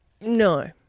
No